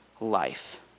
life